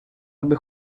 аби